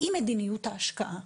עם מדיניות ההשקעה.